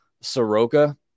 Soroka